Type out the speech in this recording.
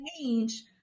change